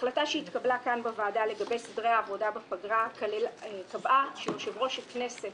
ההחלטה שהתקבלה כאן בוועדה לגבי סדרי העבודה בפגרה קבעה שיושב-ראש הכנסת